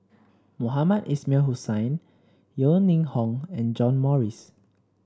Mohamed Ismail Hussain Yeo Ning Hong and John Morrice